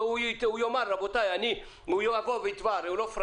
הוא יבוא ויתבע, הרי הוא לא פראייר.